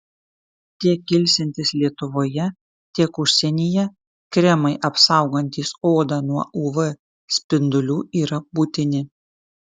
tiek ilsintis lietuvoje tiek užsienyje kremai apsaugantys odą nuo uv spindulių yra būtini